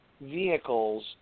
vehicles